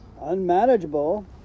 unmanageable